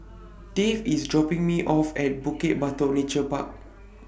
Dave IS dropping Me off At Bukit Batok Nature Park